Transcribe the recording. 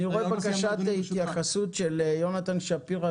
יש בקשה להתייחסות של יונתן שפירא,